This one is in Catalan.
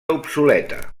obsoleta